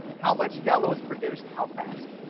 how much yellow is produced how fast.